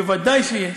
ודאי שיש.